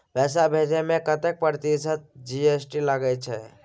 पैसा भेजै में कतेक प्रतिसत जी.एस.टी लगे छै?